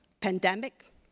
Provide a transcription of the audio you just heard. pandemic